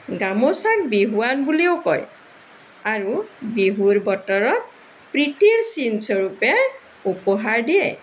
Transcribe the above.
গামোচাক বিহুৱান বুলিও কয় আৰু বিহুৰ বতৰত প্ৰীতিৰ চিনস্বৰূপে উপহাৰ দিয়ে